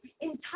entire